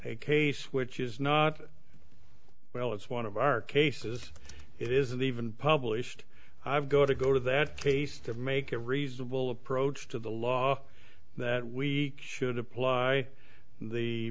a case which is not well it's one of our cases it isn't even published i've go to go to that case to make a reasonable approach to the law that we should apply the